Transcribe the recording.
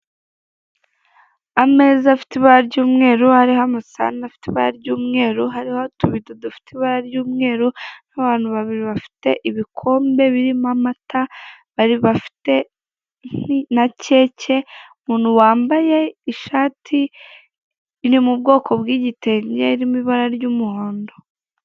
Ameza afite ibara ry'umweru, hariho amasahani afite ibara ry'umweru, hariho utubido dufite ibara ry'umweru hariho abantu babiri bafite ibikombe birimo amata, bafite na keke, umuntu wambaye ishati iri mu bwoko bw'igitenge irimo ibara ry'umuhondo.